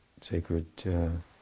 sacred